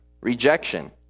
rejection